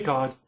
God